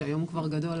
שהיום הוא כבר גדול,